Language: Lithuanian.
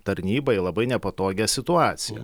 tarnybą į labai nepatogią situaciją